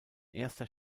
erster